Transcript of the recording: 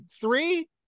three